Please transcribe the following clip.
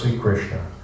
Krishna